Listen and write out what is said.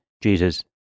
Jesus